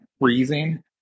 freezing